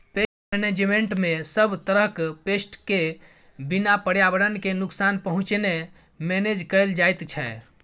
pest मेनेजमेन्टमे सब तरहक पेस्ट केँ बिना पर्यावरण केँ नुकसान पहुँचेने मेनेज कएल जाइत छै